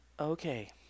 Okay